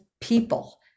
people